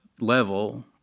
level